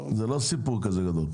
זה לא סיפור כזה גדול.